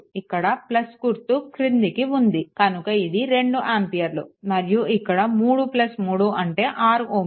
ఇక్కడ గుర్తు క్రిందికి ఉంది కనుక ఇది 2 ఆంపియర్లు మరియు ఇక్కడ 33 అంటే 6 Ω